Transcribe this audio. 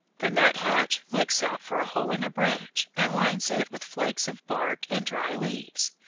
the nuthatch looks out for a hole in a branch, and lines it with flakes of bark and dry leaves.